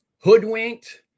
hoodwinked